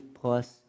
plus